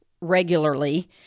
regularly